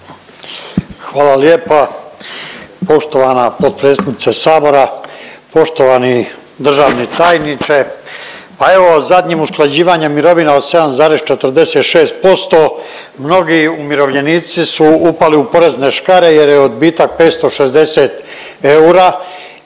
Hvala lijepa. Poštovana potpredsjednice Sabora, poštovani državni tajniče. Pa evo zadnjim usklađivanjem mirovina od 7,46% mnogi umirovljenici su upali u porezne škare, jer je odbitak 560 eura,